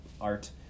art